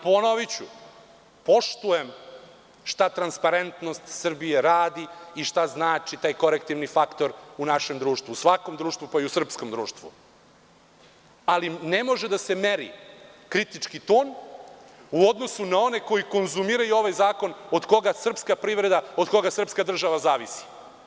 Ponoviću, poštujem šta „Transparentnost Srbije“ radi i šta znači korektivni faktor u našem društvu, u svakom društvu, pa i u srpskom društvu, ali ne može da se meri kritički ton u odnosu na one koji konzumiraju ovaj zakon od koga srpska privreda i od koga srpska država zavisi.